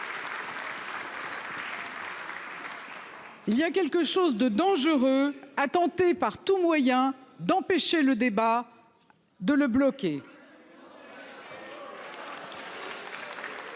Il y a quelque chose de dangereux a tenté par tous moyens d'empêcher le débat. De le bloquer.